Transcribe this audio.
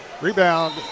Rebound